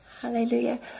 Hallelujah